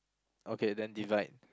okay then divide